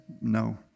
no